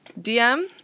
DM